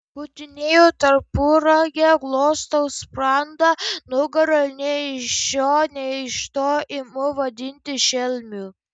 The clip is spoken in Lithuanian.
kutinėju tarpuragę glostau sprandą nugarą ir nei iš šio nei iš to imu vadinti šelmiu